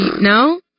No